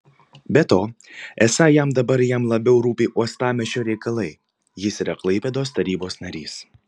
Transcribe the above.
be to esą jam dabar jam labiau rūpi uostamiesčio reikalai jis yra klaipėdos tarybos narys